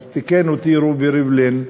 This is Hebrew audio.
אז תיקן אותי רובי ריבלין ואמר: